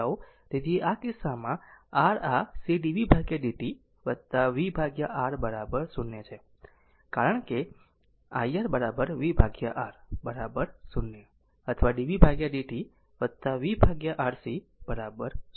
તેથી આ કિસ્સામાં r આ c dv dt v R 0 છે કારણ કે iR v R 0 અથવા dv dt v RC 0